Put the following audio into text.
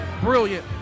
brilliant